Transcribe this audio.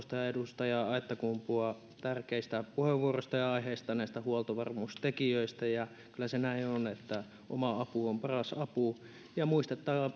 hoskosta ja edustaja aittakumpua tärkeistä puheenvuoroista ja aiheista näistä huoltovarmuustekijöistä kyllä se näin on että oma apu on paras apu ja